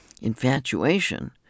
Infatuation